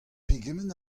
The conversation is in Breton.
pegement